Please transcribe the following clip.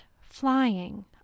flying